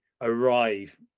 arrive